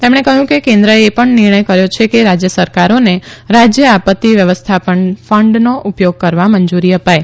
તેમણે કહ્યું કે કેન્દ્રએ એ પણ નિર્ણય કર્યો છે કે રાજય સરાકરોને રાજય આપત્તિ વ્યવસ્થાપન ફંડનો ઉપયોગ કરવા મંજુરી અપાય